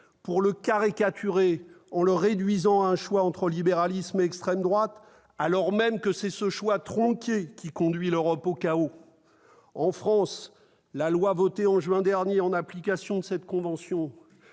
pour le caricaturer en le réduisant à un choix entre libéralisme et extrême droite, alors même que c'est ce choix tronqué qui conduit l'Europe au chaos. En France, la loi votée en juin dernier en application de cette convention